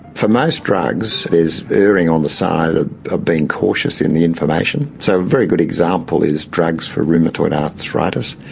for most drugs it's erring on the side of ah being cautious in the information. so a very good example is drugs for rheumatoid arthritis.